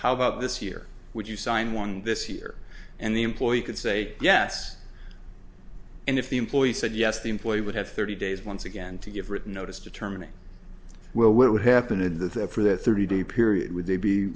how about this year would you sign one this year and the employee could say yes and if the employee said yes the employee would have thirty days once again to give written notice to terminate well what would happen in the for that thirty day period would they be